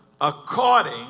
according